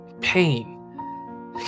pain